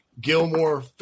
Gilmore